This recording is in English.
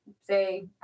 say